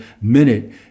minute